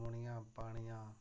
फुम्मनियां पानियां